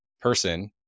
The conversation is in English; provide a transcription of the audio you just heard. person